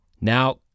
Now